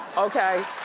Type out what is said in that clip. okay?